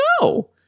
no